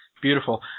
Beautiful